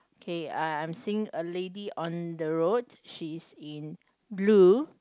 K I I'm seeing a lady on the road she is in blue